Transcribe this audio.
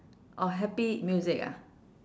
orh happy music ah